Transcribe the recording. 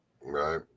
Right